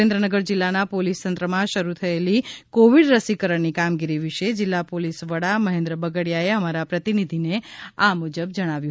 સુરેન્દ્રનગર જીલ્લાના પોલીસ તંત્રમાં શરૂ થયેલી કોવિડ રસીકરણની કામગીરી વિશે જીલ્લા પોલીસ વડા મહેન્દ્ર બગડિયાએ અમારા પ્રતિનિધિને આ મુજબ જણાવ્યું